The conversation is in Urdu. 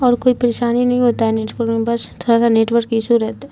اور کوئی پریشانی نہیں ہوتا ہے نیٹورک میں بس تھوڑا سا نیٹورک ایشو رہتا ہے